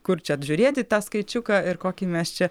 kur čia atžiūrėti tą skaičiuką ir kokį mes čia